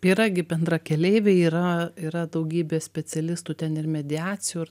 yra gi bendrakeleiviai yra yra daugybė specialistų ten ir mediacijų ir